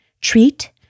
treat